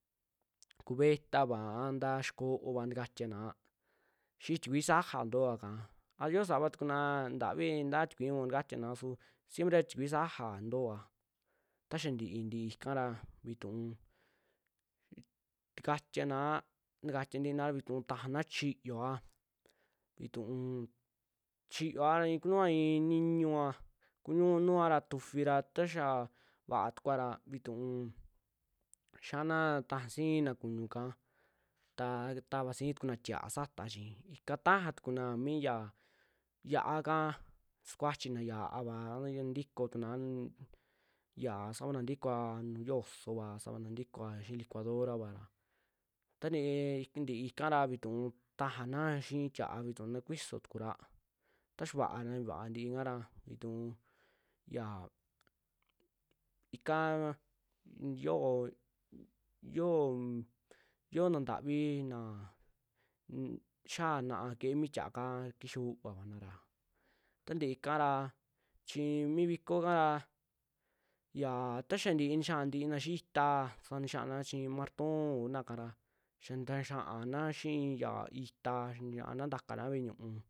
Cubetava a ntaa xikoova ntikatiaana xii tikuii saja ntoaka a yoo sava tukunaa ntavi ntaa tikui u'un ntikatiana, su siempre tikui sajaa ntooa ta xa ntii tii kara tuu ntikatiaana, ntakatia ntiina vituu najaana chiooa vituu, chioa i'i kunua i'iniñu vaa kuñu- nua ra tifira ta yaa va'a tukuara vituu xiaana tasiina kuñu ka, taa tava sii tuna tiaa sata chi ika tajaa tukuna mi yaa yia'a kaa sukuachina ya'ava aya ntikoo tunaa un ya sabana ntikoa nu'u yosoova savana ntikoa xii licuadorava ra taa ntee ntii ikara vituu tajanaa xii tia'a vituu na kuisoo tukura ta xaa vaara vaa ntii ikara vituu yaa, ikaa xio xioo naa ntavi naa xiaa na'a kee mi tiaa kaa kixaa uvaanara tantii ikaa ra chii mi viko kara xiaa ta xaa ntii nixiaa ntina xi'i itaa, nixaana chi martoon kunaa kara xa ntaa xiaana xii ya itaa nixiana ntaka ve'e ñu'un.